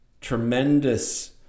tremendous